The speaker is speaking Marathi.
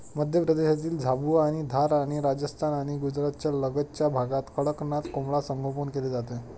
मध्य प्रदेशातील झाबुआ आणि धार आणि राजस्थान आणि गुजरातच्या लगतच्या भागात कडकनाथ कोंबडा संगोपन केले जाते